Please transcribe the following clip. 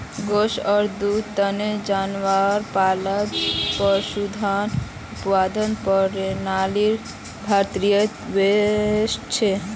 गोस आर दूधेर तने जानवर पालना पशुधन उत्पादन प्रणालीर भीतरीत वस छे